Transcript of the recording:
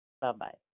Bye-bye